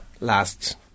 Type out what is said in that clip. last